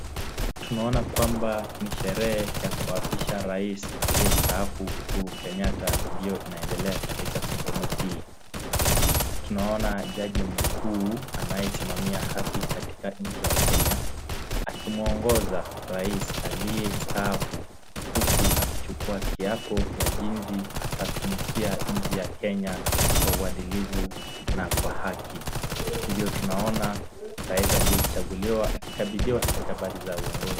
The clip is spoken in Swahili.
Tunaona kwamba ni sherehe ya kuapisha rais aliyestaafu Uhuru Kenyatta ndio inaendelea katika sehemu hii. Tunaona jaji mkuu anayesimamia haki katika nchi ya Kenya akimuongoza rais aliyestaafu huku akichukua kiapo ya jinsi atatumikia nchi ya Kenya kwa uadilifu na kwa haki. Hivyo tunaona rais aliyechaguliwa akikabidhiwa stakabari za uongozi